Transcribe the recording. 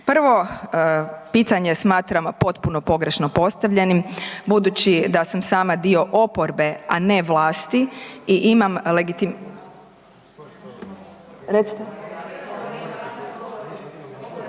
prvo, pitanje smatramo potpuno pogrešno postavljenim budući da sam sama dio oporbe a ne vlasti i imam …